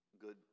good